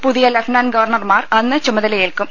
പുതിയ ലഫ്റ്റനന്റ് ഗവർണർമാർ അന്ന് ചുമതലയേൽക്കും